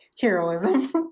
heroism